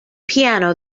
piano